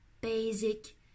basic